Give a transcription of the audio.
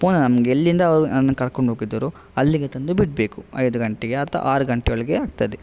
ಪುನಃ ನಮ್ಗೆ ಎಲ್ಲಿಂದ ಅವರು ನನ್ನ ಕರ್ಕೊಂಡೋಗಿದ್ದರೋ ಅಲ್ಲಿಗೆ ತಂದು ಬಿಡಬೇಕು ಐದು ಗಂಟೆಗೆ ಅಥವಾ ಆರು ಗಂಟೆ ಒಳಗೆ ಆಗ್ತದೆ